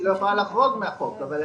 לא יכולה לחרוג את החוק.